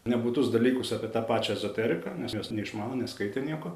nebūtus dalykus apie tą pačią ezoteriką nes jos neišmano neskaitė nieko